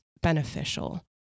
beneficial